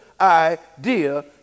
idea